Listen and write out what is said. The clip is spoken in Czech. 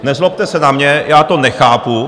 Nezlobte se na mě, já to nechápu.